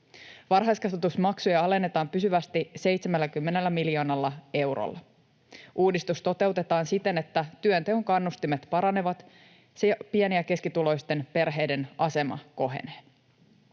Varhaiskasvatusmaksuja alennetaan pysyvästi 70 miljoonalla eurolla. Uudistus toteutetaan siten, että työnteon kannustimet paranevat ja pieni‑ sekä keskituloisten perheiden asema kohenee.